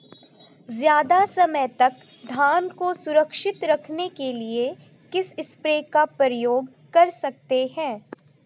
ज़्यादा समय तक धान को सुरक्षित रखने के लिए किस स्प्रे का प्रयोग कर सकते हैं?